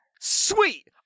Sweet